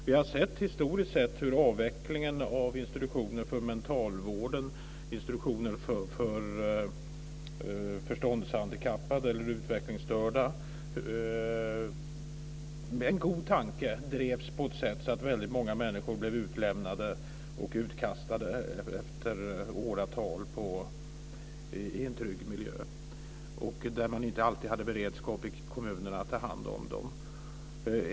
Vi har historiskt sett hur avvecklingen av institutioner för mentalvården, institutioner för förståndshandikappade eller utvecklingsstörda med en god tanke drevs på ett sådant sätt att väldigt många människor blev utlämnade och utkastade efter åratal i en trygg miljö, och kommunerna hade inte beredskap att ta hand om dem.